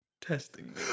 Testing